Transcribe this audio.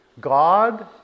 God